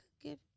give